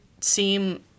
seem